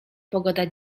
pogoda